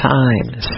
times